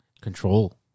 control